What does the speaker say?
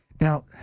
now